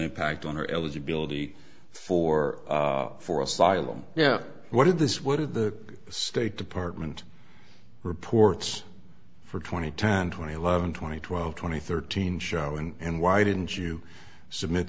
impact on her eligibility for for asylum yeah what did this what did the state department reports for twenty ten twenty eleven twenty twelve twenty thirteen show and why didn't you submit